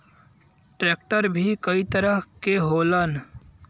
tractor भी कई तरह के होलन